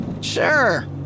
Sure